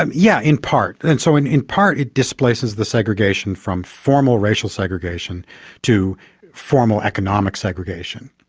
and yeah in part. and so in in part it displaces the segregation from formal racial segregation to formal economic segregation.